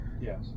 Yes